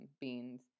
beans